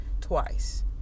twice